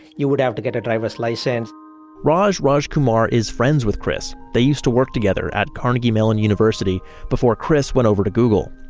would have to get a driver's license raj rajkumar is friends with chris. they used to work together at carnegie mellon university before chris went over to google.